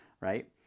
right